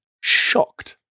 shocked